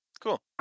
Cool